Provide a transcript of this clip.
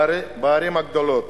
בערים הגדולות.